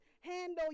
Handle